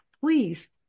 please